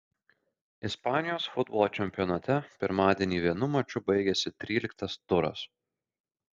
ispanijos futbolo čempionate pirmadienį vienu maču baigėsi tryliktas turas